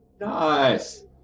Nice